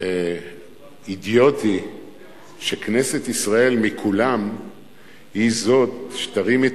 אידיוטי שכנסת ישראל מכולם היא זאת שתרים את